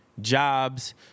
Jobs